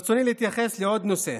ברצוני להתייחס לעוד נושא: